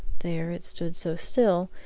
there it stood so still,